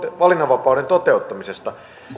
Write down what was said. valinnanvapauden toteuttamisesta